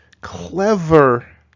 Clever